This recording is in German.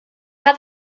hat